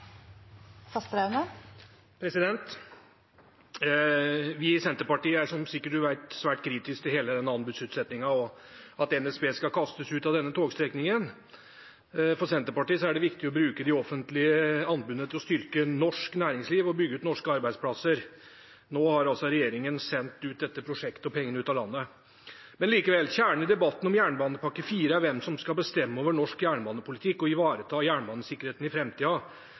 som statsråden sikkert vet, svært kritiske til hele denne anbudsutsettingen og at NSB skal kastes ut av denne togstrekningen. For Senterpartiet er det viktig å bruke de offentlige anbudene til å styrke norsk næringsliv og bygge ut norske arbeidsplasser. Nå har altså regjeringen sendt dette prosjektet – og pengene – ut av landet. Men likevel: Kjernen i debatten om Jernbanepakke IV er hvem som skal bestemme over norsk jernbanepolitikk og ivareta jernbanesikkerheten i